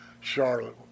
Charlotte